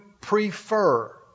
prefer